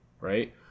right